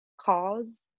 cause